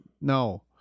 No